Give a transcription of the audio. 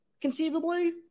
conceivably